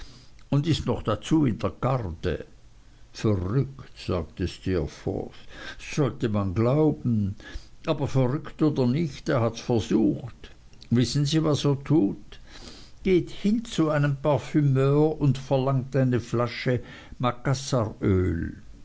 und ist noch dazu in der garde verrückt sagte steerforth sollte man glauben aber verrückt oder nicht er hats versucht wissen sie was er tut geht hin zu einem parfümeur und verlangt eine flasche macassaröl